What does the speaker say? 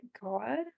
God